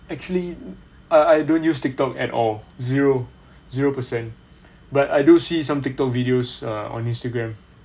actually I I don't use tik tok at all zero zero percent but I do see some tik tok videos err on instagram